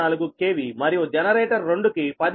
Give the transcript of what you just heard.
24 KV మరియు generator 2 కి 10